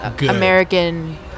American